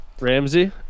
Ramsey